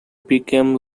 became